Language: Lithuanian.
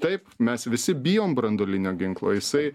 taip mes visi bijom branduolinio ginklo jisai